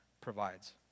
provides